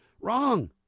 Wrong